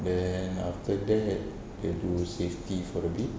then after that they do safety for the week